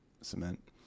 cement